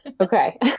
Okay